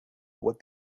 what